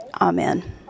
Amen